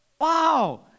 Wow